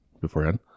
beforehand